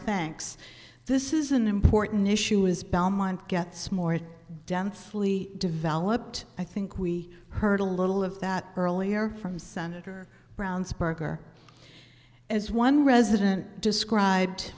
thanks this is an important issue is belmont gets more densely developed i think we heard a little of that earlier from senator brown's berger as one resident described